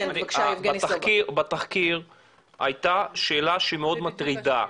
בתחקיר הייתה שאלה שמאוד מטרידה,